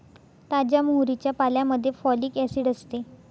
ताज्या मोहरीच्या पाल्यामध्ये फॉलिक ऍसिड असते